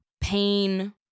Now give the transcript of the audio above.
pain